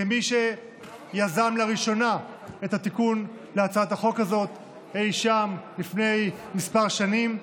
כמי שיזם לראשונה את התיקון להצעת החוק הזאת אי שם לפני כמה שנים,